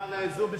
למען האיזון,